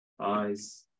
eyes